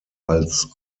als